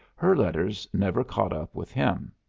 her letters never caught up with him.